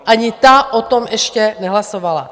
Ani ta o tom ještě nehlasovala.